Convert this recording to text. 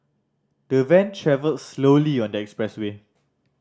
the van travelled slowly on the expressway